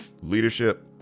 leadership